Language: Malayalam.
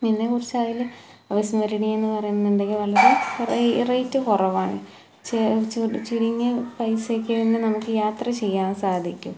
നിന്നെക്കുറിച്ചായാലും ആവിശ്മരണീയമെന്ന് പറയുന്നുണ്ടെങ്കിൽ വളരെ റെ റെയിറ്റ് കുറവാണ് ചെ ചു ചുരുങ്ങിയ പൈസയ്ക്ക് തന്നെ നമുക്ക് യാത്ര ചെയ്യാൻ സാധിക്കും